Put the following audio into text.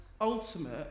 ultimate